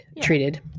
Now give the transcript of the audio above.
treated